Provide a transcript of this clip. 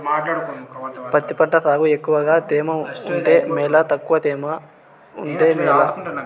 పత్తి పంట సాగుకు ఎక్కువగా తేమ ఉంటే మేలా తక్కువ తేమ ఉంటే మేలా?